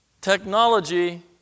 Technology